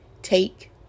take